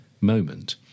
moment